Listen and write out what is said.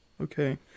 okay